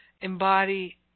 embody